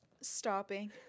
stopping